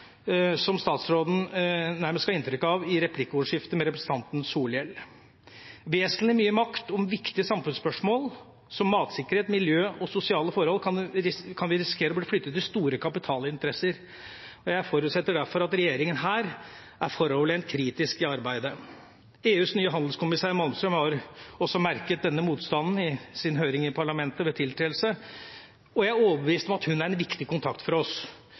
som statsråden nærmest ga inntrykk av i replikkordskiftet med representanten Solhjell. Vesentlig mye makt om viktige samfunnsspørsmål, som matsikkerhet, miljø og sosiale forhold, kan vi risikere blir flyttet til store kapitalinteresser. Jeg forutsetter derfor at regjeringa her er foroverlent kritisk i arbeidet. EUs nye handelskommisær, Malmström, har også merket denne motstanden ifølge høringa hennes i parlamentet ved tiltredelse, og jeg er overbevist om at hun er en viktig kontakt for oss.